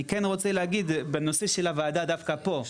אני כן רוצה להגיד בנושא של הועדה דווקא פה,